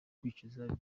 kwicuza